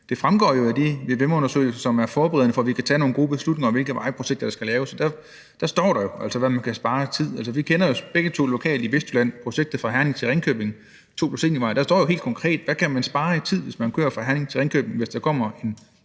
det fremgår af de vvm-undersøgelser, som er forberedende, i forhold til at vi kan tage nogle gode beslutninger om, hvilke vejprojekter der skal laves. Og der står der jo, hvad man kan spare af tid. Altså, vi kender jo begge to det lokale projekt i Vestjylland, projektet fra Herning til Ringkøbing, og der står jo helt konkret, hvad man kan spare i tid, hvis man kører fra Herning til Ringkøbing, hvis der kommer